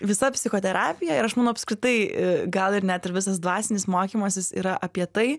visa psichoterapija ir aš manau apskritai gal ir net ir visas dvasinis mokymasis yra apie tai